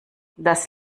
das